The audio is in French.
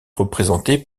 représenté